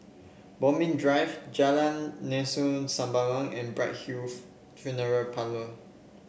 Bodmin Drive Jalan Lengkok Sembawang and Bright Hill Funeral Parlour